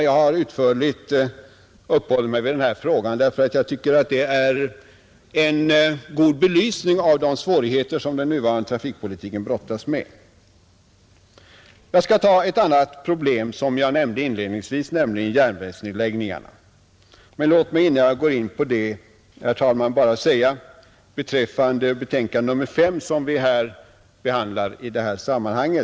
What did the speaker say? Jag har utförligt uppehållit mig vid den här frågan därför att jag tycker att den ger en god belysning av de svårigheter som den nuvarande trafikpolitiken brottas med. Jag skall nu ta ett annat problem, som jag nämnde inledningsvis, nämligen järnvägsnedläggningarna. Men låt mig innan jag går in på det, herr talman, bara säga ett par ord beträffande trafikutskottets betänkande nr 5 som vi behandlar i det här sammanhanget.